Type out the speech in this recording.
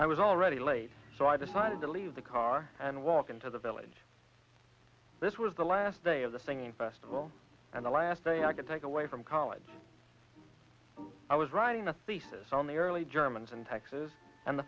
i was already late so i decided to leave the car and walk into the village this was the last day of the thing in festival and the last day i could take away from college i was writing a thesis on the early germans and taxes and the